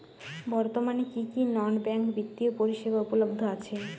বর্তমানে কী কী নন ব্যাঙ্ক বিত্তীয় পরিষেবা উপলব্ধ আছে?